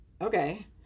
okay